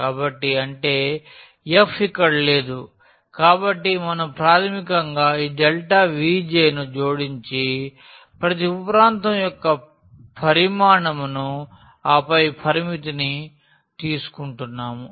కాబట్టి అంటే f ఇక్కడ లేదు కాబట్టి మనం ప్రాథమికంగా ఈ Vj ను జోడించి ప్రతి ఉప ప్రాంతం యొక్క పరిమాణం ను ఆపై పరిమితిని తీసుకుంటున్నాము